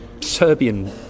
Serbian